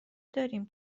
داریم